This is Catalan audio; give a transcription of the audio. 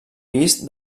pis